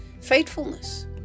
faithfulness